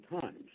times